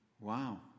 wow